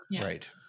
Right